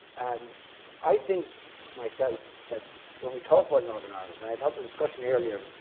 and i think myself that when we talk about northern ireland, and i thought the discussion earlier,